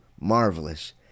marvelous